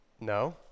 No